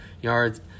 yards